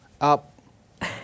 Up